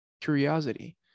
curiosity